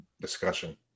Discussion